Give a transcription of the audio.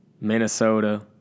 Minnesota